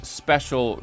special